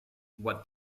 what